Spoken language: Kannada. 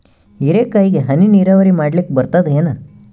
ಹೀರೆಕಾಯಿಗೆ ಹನಿ ನೀರಾವರಿ ಮಾಡ್ಲಿಕ್ ಬರ್ತದ ಏನು?